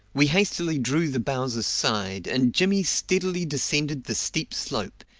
we hastily drew the boughs aside, and jimmy steadily descended the steep slope,